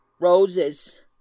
Roses